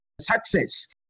success